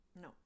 no